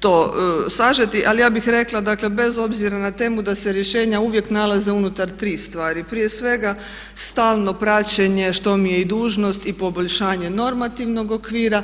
to sažeti, ali ja bih rekla, dakle bez obzira na temu da se rješenja uvijek nalaze unutar tri stvari, prije svega stalno praćenje što mi je i dužnost i poboljšanje normativnog okvira.